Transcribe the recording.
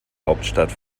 hauptstadt